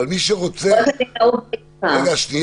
הרב יעקבי, אתה רוצה